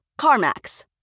CarMax